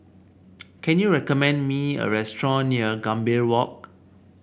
can you recommend me a restaurant near Gambir Walk